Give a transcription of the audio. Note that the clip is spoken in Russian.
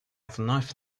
вновь